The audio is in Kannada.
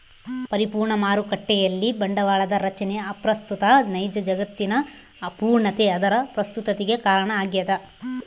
ಪರಿಪೂರ್ಣ ಮಾರುಕಟ್ಟೆಯಲ್ಲಿ ಬಂಡವಾಳದ ರಚನೆ ಅಪ್ರಸ್ತುತ ನೈಜ ಜಗತ್ತಿನ ಅಪೂರ್ಣತೆ ಅದರ ಪ್ರಸ್ತುತತಿಗೆ ಕಾರಣ ಆಗ್ಯದ